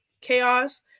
chaos